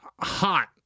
hot